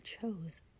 chose